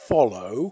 Follow